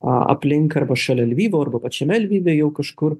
aplink arba šalia lvivo arba pačiame lvive jau kažkur